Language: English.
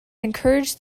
encouraged